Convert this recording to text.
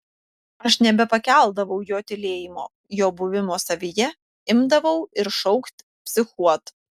aš nebepakeldavau jo tylėjimo jo buvimo savyje imdavau ir šaukti psichuot